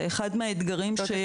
זה אחד מהאתגרים שיש לנו.